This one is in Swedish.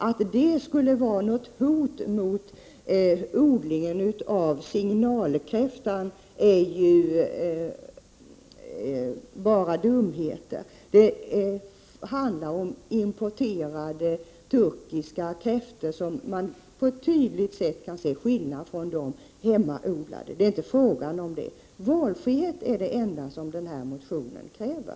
Att det-skulle vara något hot mot odlingen av signalkräftor, är bara dumheter. Det handlar omimporterade turkiska kräftor, som på tydligt sätt skiljer sig från de hemmaodlade. Det enda motionen kräver är valfrihet.